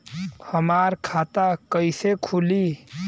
हमार खाता कईसे खुली?